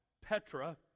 Petra